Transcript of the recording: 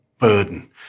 burden